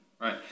right